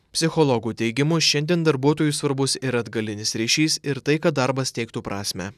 psichologų teigimu šiandien darbuotojui svarbus ir atgalinis ryšys ir tai kad darbas teiktų prasmę